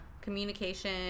Communication